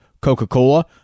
Coca-Cola